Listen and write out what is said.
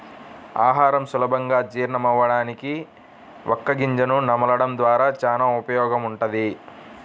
ఆహారం సులభంగా జీర్ణమవ్వడానికి వక్క గింజను నమలడం ద్వారా చానా ఉపయోగముంటది